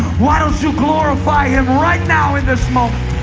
why don't you glorify him right now in this moment?